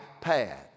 path